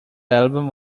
album